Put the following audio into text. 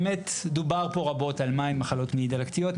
דובר פה רבות על מהן מחלות מעי דלקתיות,